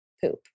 poop